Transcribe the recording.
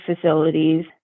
facilities